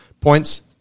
points